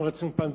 אנחנו רצינו פעם,